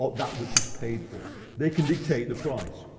ah that which is paid for. they can dictate the price.